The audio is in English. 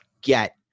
get